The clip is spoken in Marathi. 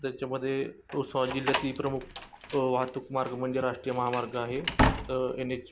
त्याच्यामध्ये उस्मा जिल्ह्यातील प्रमुख वाहतूक मार्ग म्हणजे राष्ट्रीय महामार्ग आहे एन एच